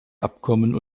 abkommen